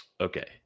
okay